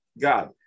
God